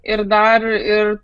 ir dar ir